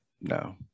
No